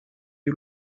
you